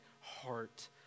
heart